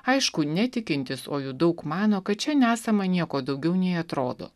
aišku netikintis o jų daug mano kad čia nesama nieko daugiau nei atrodo